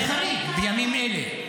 זה חריג בימים אלה.